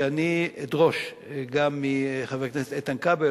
שאני אדרוש גם מחבר הכנסת איתן כבל,